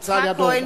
נמצא לידו.